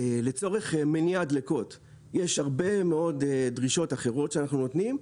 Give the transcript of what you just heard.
לצורך מניעת דלקות יש הרבה מאוד דרישות אחרות שאנחנו נותנים,